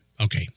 okay